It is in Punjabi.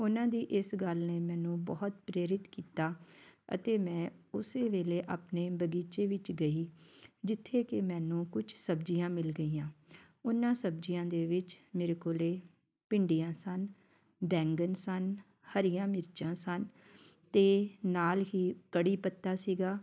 ਉਹਨਾਂ ਦੀ ਇਸ ਗੱਲ ਨੇ ਮੈਨੂੰ ਬਹੁਤ ਪ੍ਰੇਰਿਤ ਕੀਤਾ ਅਤੇ ਮੈਂ ਉਸੇ ਵੇਲੇ ਆਪਣੇ ਬਗੀਚੇ ਵਿੱਚ ਗਈ ਜਿੱਥੇ ਕਿ ਮੈਨੂੰ ਕੁਛ ਸਬਜ਼ੀਆਂ ਮਿਲ ਗਈਆਂ ਉਹਨਾਂ ਸਬਜ਼ੀਆਂ ਦੇ ਵਿੱਚ ਮੇਰੇ ਕੋਲੇ ਭਿੰਡੀਆਂ ਸਨ ਬੈਂਗਣ ਸਨ ਹਰੀਆਂ ਮਿਰਚਾਂ ਸਨ ਅਤੇ ਨਾਲ ਹੀ ਕੜ੍ਹੀ ਪੱਤਾ ਸੀਗਾ